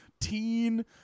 teen